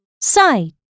Sight